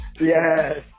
yes